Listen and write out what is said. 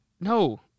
No